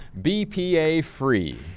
BPA-free